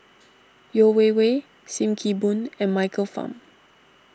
Yeo Wei Wei Sim Kee Boon and Michael Fam